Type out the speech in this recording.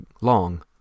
long